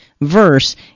verse